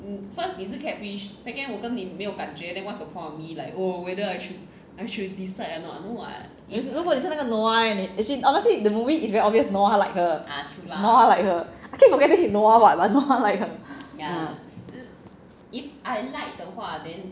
如果你是那个 noah leh as in honestly the movie it's very obvious noah like her noah like her I keep forgetting he's noah what but noah like her uh